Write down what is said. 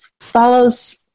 follows